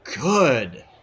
good